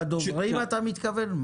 בדוברים אתה מתכוון?